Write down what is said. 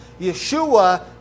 Yeshua